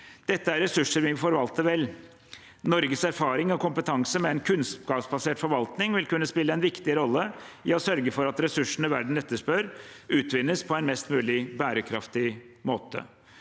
Det er ressurser vi må forvalte vel. Norges kompetanse og erfaring med en kunnskapsbasert forvaltning vil kunne spille en viktig rolle i å sørge for at ressursene verden etterspør, utvinnes på en mest mulig bærekraftig måte.